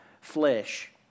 flesh